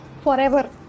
forever